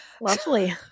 Lovely